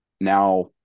now